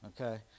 Okay